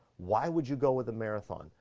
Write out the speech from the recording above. why would you go with a marathon?